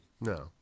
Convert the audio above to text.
no